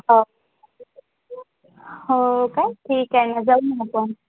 हो हो काय ठीक आहे न जाऊ न आपण